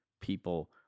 people